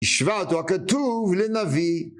השווה אותו הכתוב לנביא